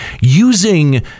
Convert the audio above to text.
using